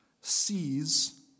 sees